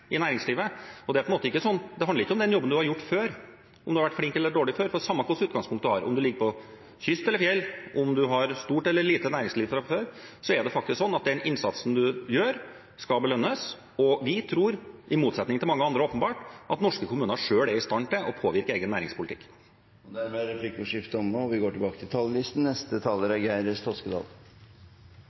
i næringslivet. Det handler ikke om den jobben en har gjort før, om en har vært flink eller dårlig før. Samme hva slags utgangspunkt en har, om en er ved kyst eller på fjell, om en har stort eller lite næringsliv fra før, skal den innsatsen en gjør, belønnes. Vi tror, i motsetning til mange andre åpenbart, at norske kommuner selv er i stand til å påvirke egen næringspolitikk. Replikkordskiftet er omme. Det meste av den offentlige velferden produseres i kommunene. Det ropes på kommuner når det gjelder barnepass, utdannelse, omsorg, sosialarbeid, eldretiltak, tekniske tjenester og kulturtilbud. Det er derfor viktig at Stortinget innhenter og bruker de signal vi